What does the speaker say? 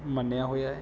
ਮੰਨਿਆ ਹੋਇਆ ਹੈ